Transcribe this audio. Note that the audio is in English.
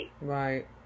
right